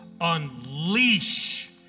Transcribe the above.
unleash